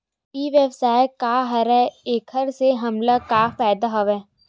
ई व्यवसाय का हरय एखर से हमला का फ़ायदा हवय?